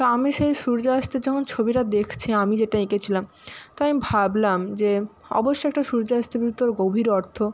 তো আমি সেই সূর্যাস্তের যখন ছবিটা দেখছি আমি যেটা এঁকেছিলাম তো আমি ভাবলাম যে অবশ্য একটা সূর্যাস্তের ভিতর গভীর অর্থ